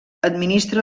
administra